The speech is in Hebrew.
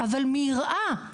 אבל מיראה.